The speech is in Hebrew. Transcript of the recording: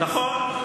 נכון,